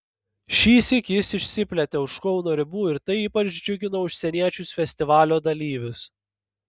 šįsyk jis išsiplėtė už kauno ribų ir tai ypač džiugino užsieniečius festivalio dalyvius